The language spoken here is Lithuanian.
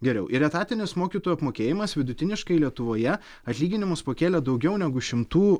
geriau ir etatinis mokytojų apmokėjimas vidutiniškai lietuvoje atlyginimus pakėlė daugiau negu šimtu